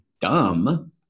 dumb